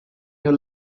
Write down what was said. your